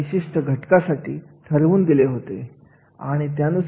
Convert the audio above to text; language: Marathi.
ही सगळी प्रक्रिया या कार्याचे अवलोकन आता एक भाग आहे